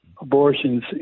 abortions